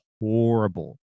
horrible